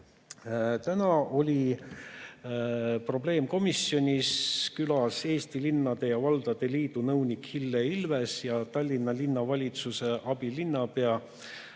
Täna olid probleemkomisjonis külas Eesti Linnade ja Valdade Liidu nõunik Hille Ilves ja Tallinna Linnavalitsuse abilinnapea